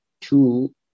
two